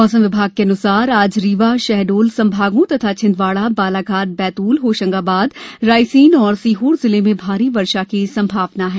मौसम विभाग के अनुसार आज रीवा शहडोल संभागों तथा छिंदवाड़ा बालाघाट बैतूल होशंगाबाद रायसेन और सीहोर जिले में भारी वर्षा की संभावना है